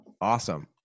Awesome